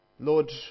Lord